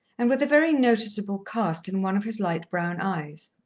and with a very noticeable cast in one of his light-brown eyes.